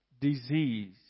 disease